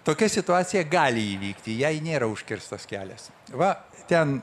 tokia situacija gali įvykti jai nėra užkirstas kelias va ten